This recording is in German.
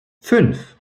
fünf